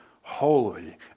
holy